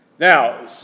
Now